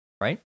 right